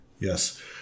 Yes